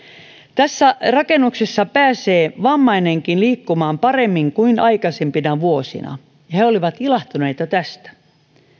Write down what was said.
tässä rakennuksessa pääsee vammainenkin liikkumaan paremmin kuin aikaisempina vuosina ja he olivat ilahtuneita tästä